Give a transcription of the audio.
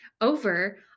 over